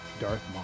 Darth